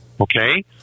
Okay